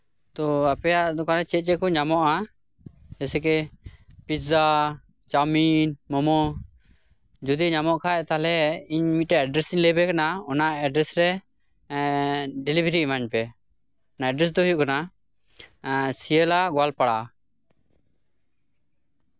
ᱛᱚ ᱟᱯᱮᱭᱟᱜ ᱫᱚᱠᱟᱱ ᱨᱮ ᱪᱮᱫᱼᱪᱮᱫ ᱠᱚ ᱧᱟᱢᱚᱜᱼᱟ ᱡᱮᱥᱠᱮ ᱯᱤᱡᱡᱟ ᱪᱟᱣᱢᱤᱱ ᱢᱳᱢᱳ ᱡᱩᱫᱤ ᱧᱟᱢᱚᱜ ᱠᱷᱟᱱ ᱛᱟᱞᱦᱮ ᱤᱧ ᱢᱤᱫᱴᱟᱱ ᱮᱰᱨᱮᱥᱤᱧ ᱞᱟᱹᱭᱟᱯᱮ ᱠᱟᱱᱟ ᱚᱱᱟ ᱮᱰᱨᱮᱥ ᱨᱮ ᱮᱸᱜ ᱰᱮᱞᱤᱵᱷᱟᱨᱤ ᱮᱢᱟᱹᱧ ᱯᱮ ᱮᱰᱨᱮᱥ ᱫᱚ ᱦᱩᱭᱩᱜ ᱠᱟᱱᱟ ᱮᱸᱜ ᱥᱤᱭᱟᱹᱞᱟ ᱜᱳᱣᱟᱞᱯᱟᱲᱟ